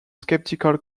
skeptical